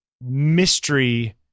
mystery